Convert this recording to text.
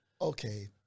okay